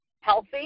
healthy